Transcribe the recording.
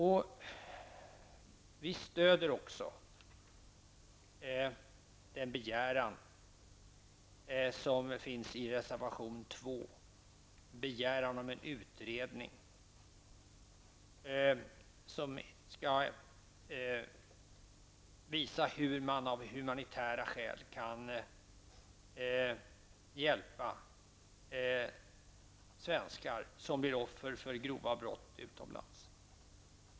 Vi stöder också den begäran som finns i reservation 2 om en utredning, som skall visa hur man av humanitära skäl kan hjälpa svenskar som blir offer för grova brott utomlands.